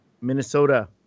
Minnesota